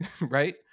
Right